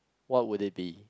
what would it be